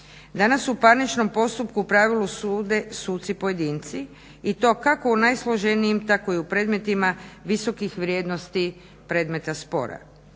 Danas u parničnom postupku u pravilu sude suci pojedinci i to kako u najsloženijim tako i u predmetima visokih vrijednosti predmeta spora.